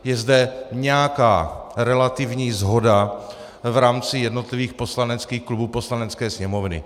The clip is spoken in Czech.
Je zde nějaká relativní shoda v rámci jednotlivých poslaneckých klubů Poslanecké sněmovny.